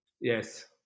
Yes